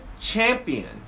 Champion